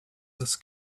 this